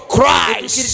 Christ